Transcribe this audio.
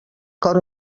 cor